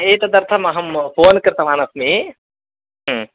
एतदर्थमहं phone कृतवानस्मि